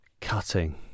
cutting